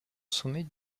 sommet